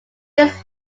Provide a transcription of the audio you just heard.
this